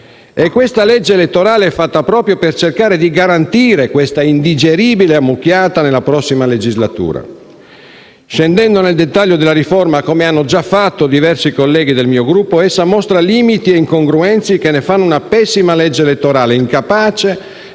Questa legge elettorale è fatta proprio per cercare di garantire questa indigeribile ammucchiata nella prossima legislatura. Scendendo nel dettaglio della riforma, come hanno già fatto diversi colleghi del mio Gruppo, essa mostra limiti e incongruenze che ne fanno una pessima legge elettorale, incapace